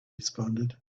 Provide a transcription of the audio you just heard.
responded